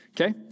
okay